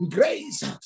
Grace